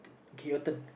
okay your turn